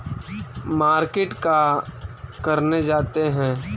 Market का करने जाते हैं?